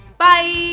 Bye